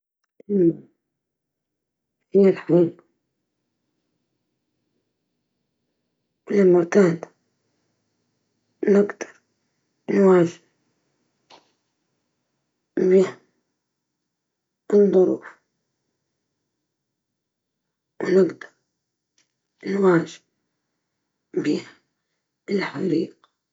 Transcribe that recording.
نفضل نكون فنان كوميدي، لأنه الضحك مهم والحياة تكون أجمل بلمحة كوميدية.